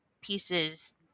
pieces